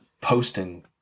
posting